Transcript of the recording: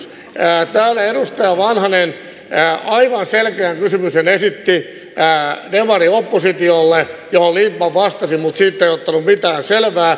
täällä edustaja vanhanen esitti demarioppositiolle aivan selkeän kysymyksen johon lindtman vastasi mutta siitä ei ottanut mitään selvää